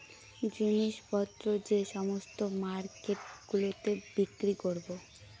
জিনিস পত্র যে সমস্ত মার্কেট গুলোতে বিক্রি করবো